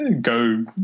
go